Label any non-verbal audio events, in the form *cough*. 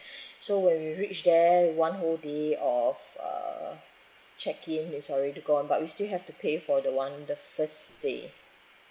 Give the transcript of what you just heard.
*breath* so when we reach there one whole day of uh check in is already gone but we still have to pay for the one the first day